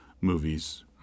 movies